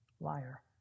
liar